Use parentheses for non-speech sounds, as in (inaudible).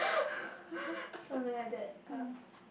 (laughs) mm